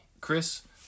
Chris